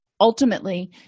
ultimately